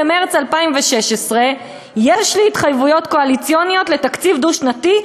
במרס 2016: "יש לי התחייבויות קואליציוניות לתקציב דו-שנתי.